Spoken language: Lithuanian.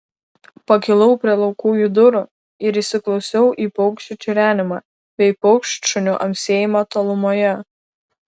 pakilau prie laukujų durų ir įsiklausiau į paukščių čirenimą bei paukštšunių amsėjimą tolumoje